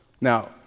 Now